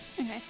Okay